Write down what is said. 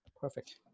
Perfect